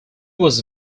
was